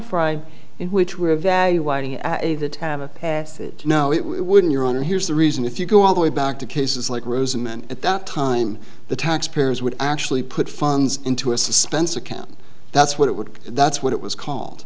fried in which we're evaluating the tab a no it wouldn't your honor here's the reason if you go all the way back to cases like rosamond at that time the taxpayers would actually put funds into a suspense account that's what it would that's what it was called